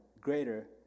greater